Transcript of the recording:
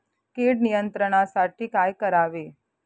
कीड नियंत्रणासाठी काय करावे?